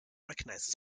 recognised